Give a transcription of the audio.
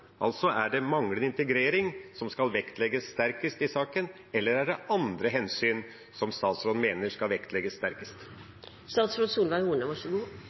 Altså: Er det manglende integrering som skal vektlegges sterkest i saken, eller mener statsråden det er andre hensyn som skal vektlegges